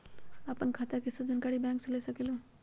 आपन खाता के सब जानकारी बैंक से ले सकेलु?